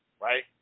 right